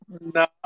No